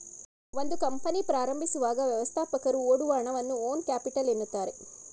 ಒಂದು ಕಂಪನಿ ಪ್ರಾರಂಭಿಸುವಾಗ ವ್ಯವಸ್ಥಾಪಕರು ಹೊಡುವ ಹಣವನ್ನ ಓನ್ ಕ್ಯಾಪಿಟಲ್ ಎನ್ನುತ್ತಾರೆ